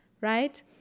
right